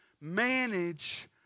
manage